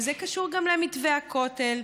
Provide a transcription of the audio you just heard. וזה קשור גם למתווה הכותל,